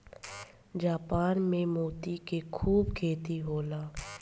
Japan में मोती के खूब खेती होला